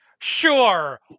Sure